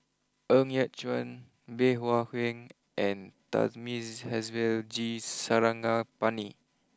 Ng Yat Chuan Bey Hua Heng and Thamizhavel G Sarangapani